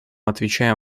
отмечаем